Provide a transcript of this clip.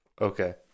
Okay